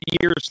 years